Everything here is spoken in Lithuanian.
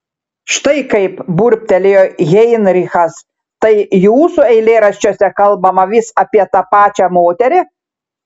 štai kaip burbtelėjo heinrichas tai jūsų eilėraščiuose kalbama vis apie tą pačią moterį